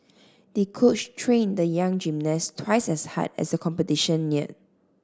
the coach trained the young gymnast twice as hard as the competition neared